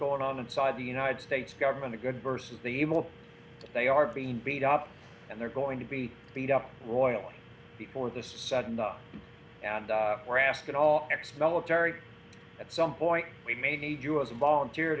going on inside the united states government of good versus evil they are being beat up and they're going to be beat up royally before this sudden the and we're asking all ex military at some point we may need you as a volunteer